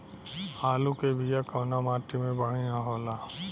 आलू के बिया कवना माटी मे बढ़ियां होला?